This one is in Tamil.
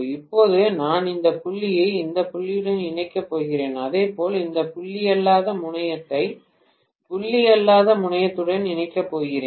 இப்போது நான் இந்த புள்ளியை இந்த புள்ளியுடன் இணைக்கப் போகிறேன் அதேபோல் இந்த புள்ளி அல்லாத முனையத்தை புள்ளி அல்லாத முனையத்துடன் இணைக்கப் போகிறேன்